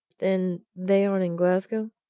then they aren't in glasgow?